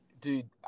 Dude –